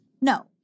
No